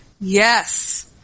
Yes